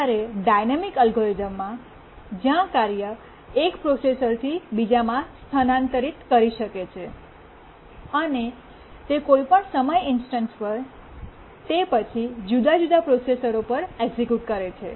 જ્યારે ડાયનામિક અલ્ગોરિધમ્સમાં જ્યાં કાર્ય એક પ્રોસેસરથી બીજામાં સ્થાનાંતરિત કરી શકે છે અને તે પણ કોઈ પણ સમય ઇન્સ્ટન્સ પર તે પછી જુદા જુદા પ્રોસેસરો પર એક્સિક્યૂટ કરે છે